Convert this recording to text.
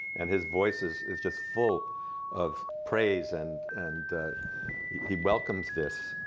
and his voice is is just full of praise. and and he welcomes this.